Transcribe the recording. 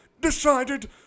decided